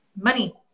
money